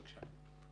בבקשה.